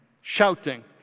shouting